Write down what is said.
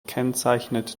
gekennzeichnet